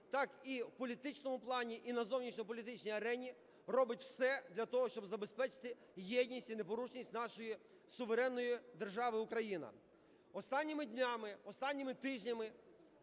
так і в політичному плані і на зовнішньополітичній арені робить все для того, щоб забезпечити єдність і непорушність нашої суверенної держави Україна. Останніми днями, останніми тижнями